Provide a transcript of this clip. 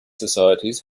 societies